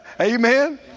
Amen